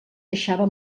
deixava